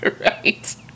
Right